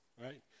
right